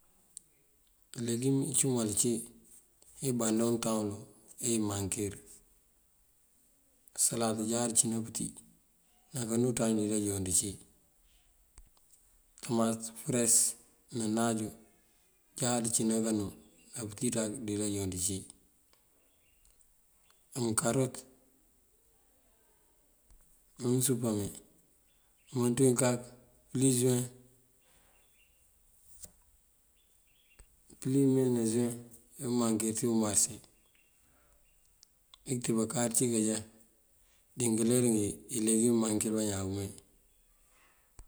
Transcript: Ileegun icumal cí ebánan utaŋ wul emankir. Salad jáţ uncína pëtí ná kanúţañ wí bajoon ucí. Tomat feres ná náajo jáţ uncína kanú apëtí wí bajoon ucí. Mënkarot ná mësúmpáme umënţ yun kak pëlí zúuwe, pëlí umee ne zúuwe umankir dí umarësa. Rek bakáat cí kajá dí ngëler ngí ileegum mankir bañaan.